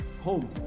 home